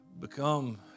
become